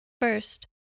First